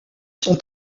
sont